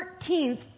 13th